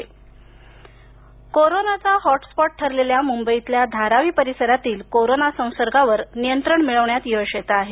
धारावी कोरोनाचा हॉटस्पॉट ठरलेल्या मुंबईतल्या धारावी परिसरातील कोरोना संसर्गावर नियंत्रणात मिळवण्यात यश येतं आहे